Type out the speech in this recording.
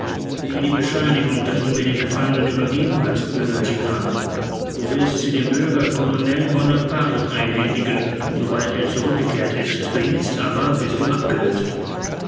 die bescheinigung daß du mir den gefangenen übergeben hast bürger girard du wirst sie dem bürger colonel bonaparte einhändigen sobald er zurückgekehrt ist für jetzt aber bist du abgelöst